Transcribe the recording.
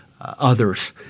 others